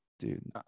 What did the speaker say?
Dude